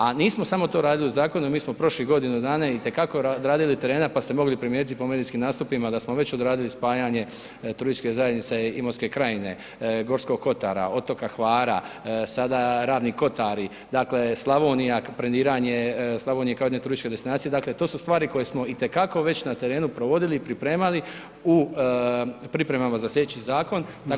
A nismo samo to radili u zakonu, mi smo prošlih godinu dana i te kako odradili terena pa ste mogli primijetiti po medijskim nastupima da smo već odradili spajanje turističke zajednice Imotske krajine, Gorskog Kotara, otoka Hvara, sada Ravni kotari, dakle Slavonija, brendiranje Slavonije kao jedne turističke destinacije, dakle to su stvari koje smo i te kako na već na terenu provodili, pripremali u pripremama za sljedeći zakon